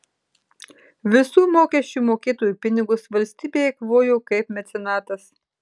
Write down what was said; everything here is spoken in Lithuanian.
visų mokesčių mokėtojų pinigus valstybė eikvojo kaip mecenatas